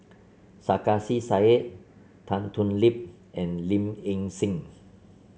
Sarkasi Said Tan Thoon Lip and Low Ing Sing